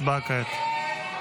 הצבעה כעת.